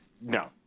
no